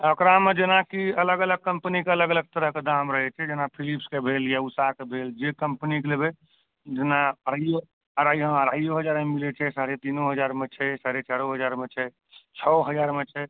ओकरामे जेना कि अलग अलग कम्पनीके अलग अलग तरहके दाम रहै छै जेना फिलिप्सके भेल या उषाके भेल जे कम्पनीके लेबै जेना अढाईयो हजारमे मिलै छै तीनो हजारमे छै साढ़े तीनो हजारमे छै साढ़े चारिओ हजारमे छै छ हजारमे छै